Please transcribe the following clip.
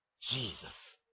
Jesus